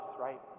right